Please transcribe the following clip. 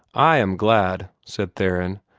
i am glad, said theron,